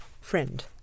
Friend